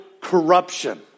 corruption